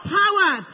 power